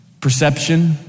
Perception